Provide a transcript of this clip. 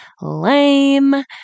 Lame